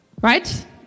right